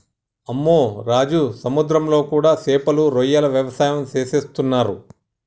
అమ్మె రాజు సముద్రంలో కూడా సేపలు రొయ్యల వ్యవసాయం సేసేస్తున్నరు